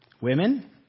Women